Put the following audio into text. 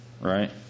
right